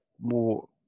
more